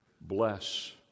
bless